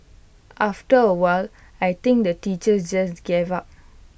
after A while I think the teachers just gave up